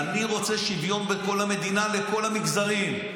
אני רוצה שוויון בכל המדינה לכל המגזרים,